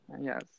Yes